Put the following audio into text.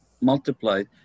multiplied